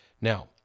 Now